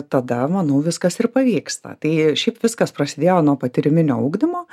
tada manau viskas ir pavyksta tai šiaip viskas prasidėjo nuo patyriminio ugdymo